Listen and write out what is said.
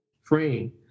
frame